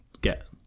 get